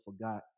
forgot